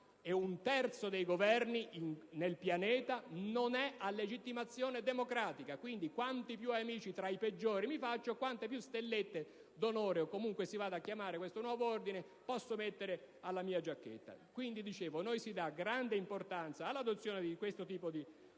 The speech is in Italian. un terzo dei Governi nel pianeta non è a legittimazione democratica: quindi, quanti più amici tra i peggiori mi faccio, quante più stellette d'onore (o comunque si vada a chiamare questo nuovo ordine) posso mettere alla mia giacchetta. Noi diamo grande importanza all'adozione di questo tipo di